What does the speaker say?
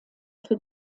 für